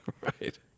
Right